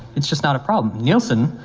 it's just not a problem. nielsen,